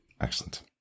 Excellent